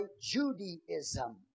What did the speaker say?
Judaism